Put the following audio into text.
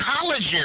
colleges